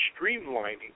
streamlining